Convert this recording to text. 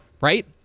Right